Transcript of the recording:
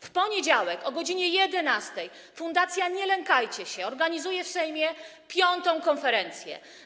W poniedziałek o godz. 11 fundacja „Nie lękajcie się” organizuje w Sejmie piątą konferencję.